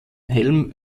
helm